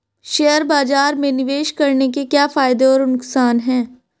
Share बाज़ार में निवेश करने के क्या फायदे और नुकसान हैं?